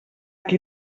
qui